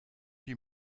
dix